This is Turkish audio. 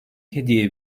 hediye